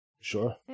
Sure